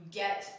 get